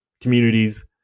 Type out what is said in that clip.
communities